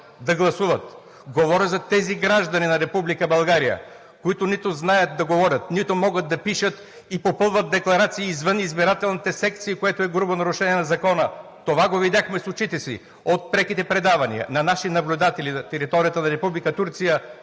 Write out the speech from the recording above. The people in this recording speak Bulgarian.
да гласуват. Говоря за тези граждани на Република България, които нито знаят да говорят, нито могат да пишат и попълват декларации извън избирателните секции, което е грубо нарушение на закона! Това го видяхме с очите си от преките предавания на наши наблюдатели на територията на